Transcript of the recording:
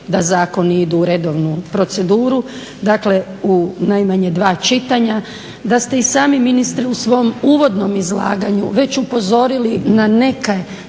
da zakoni idu u redovnu proceduru, dakle u najmanje dva čitanja, da ste i sami ministre u svom uvodnom izlaganju već upozorili na neke